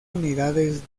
unidades